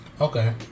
Okay